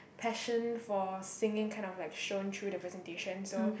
passion for singing kind of like shown through the presentation so